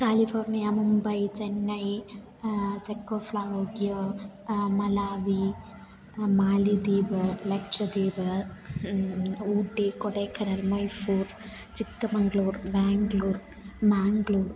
California Mumbai Chennai Czechoslovakia Malawi മാലിദ്വീപ് ലക്ഷദ്വീപ് ഊട്ടി കൊടേക്കനാൽ മൈസൂർ ചിക്കമംഗ്ലൂർ ബാംഗ്ലൂർ മാംഗ്ലൂർ